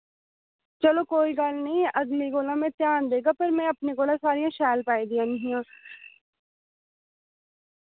चलो कोई गल्ल नि अगली कोला मैं ध्यान देगा पर मैं अपने कोला सारियां शैल पाई देआनियां हियां